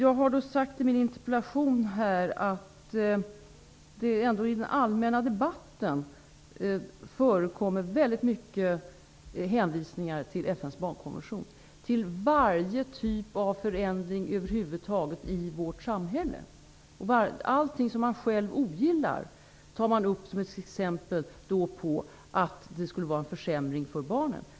I mitt interpellationssvar har jag sagt att det i den allmänna debatten, vid varje typ av förändring i vårt samhälle över huvud taget, förekommer väldigt många hänvisningar till FN:s barnkonvention. Allt som man själv ogillar tar man upp som exempel på att förändringen skulle innebära en försämring för barnen.